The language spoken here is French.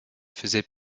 faisait